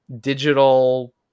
digital